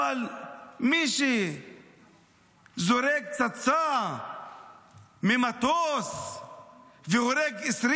מי שזורק פצצה ממטוס והורג 20